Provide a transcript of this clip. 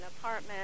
apartment